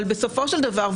בסופו של דבר,